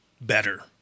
better